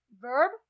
Verb